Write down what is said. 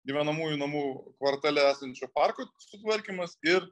gyvenamųjų namų kvartale esančių parkų sutvarkymas ir